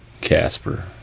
casper